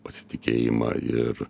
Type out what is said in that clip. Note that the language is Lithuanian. pasitikėjimą ir